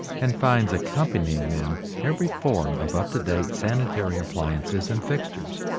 and finds accompanying them every form of up-to-date sanitary appliances and fixtures.